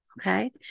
Okay